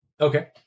Okay